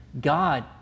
God